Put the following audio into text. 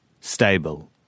Stable